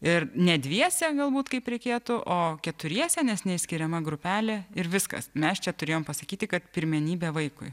ir ne dviese galbūt kaip reikėtų o keturiese nes neišskiriama grupelė ir viskas mes čia turėjom pasakyti kad pirmenybė vaikui